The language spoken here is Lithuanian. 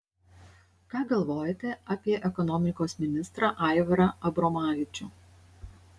ką galvojate apie ekonomikos ministrą aivarą abromavičių